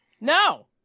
No